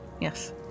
Yes